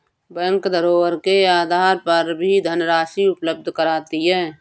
bank धरोहर के आधार पर भी धनराशि उपलब्ध कराती है